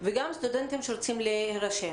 וגם לסטודנטים שרוצים להירשם.